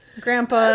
Grandpa